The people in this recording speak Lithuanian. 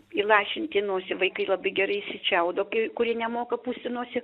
įlašinti į nosį vaikai labai gerai išsičiaudo kurie nemoka pūsti nosį